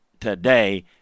today